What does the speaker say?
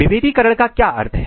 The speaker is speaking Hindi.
विभेदीकरण का क्या अर्थ है